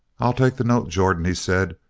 i'll take the note, jordan, he said,